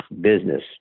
business